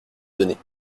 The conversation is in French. données